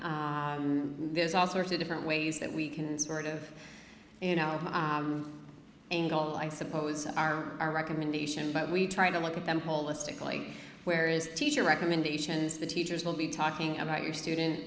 there's all sorts of different ways that we can sort of you know angle i suppose are our recommendation but we try to look at them holistically where is the teacher recommendations the teachers will be talking about your student